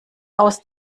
aus